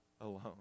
alone